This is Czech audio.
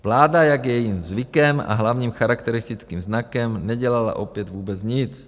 Vláda, jak je jejím zvykem a hlavním charakteristickým znakem, nedělala opět vůbec nic.